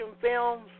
films